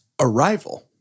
Arrival